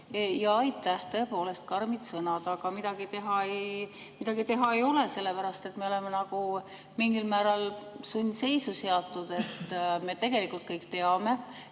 Aitäh! Tõepoolest karmid sõnad, aga midagi teha ei ole, sellepärast et me oleme nagu mingil määral sundseisu seatud. Me tegelikult kõik teame,